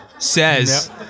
Says